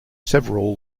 several